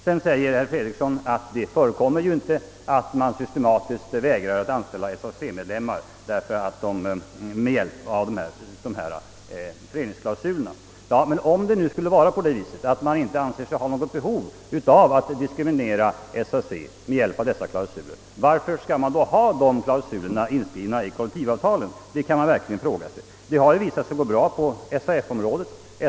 Vidare sade herr Fredriksson att det inte förekommer att man systematiskt med hjälp av föreningsklausulerna vägrar anställa SAC-medlemmar. Men om man nu inte anser sig ha något behov av att diskriminera SAC med hjälp av dessa klausuler, varför vill man då ha dem inskrivna i kollektivavtalen? Det har ju gått bra på SAF-området.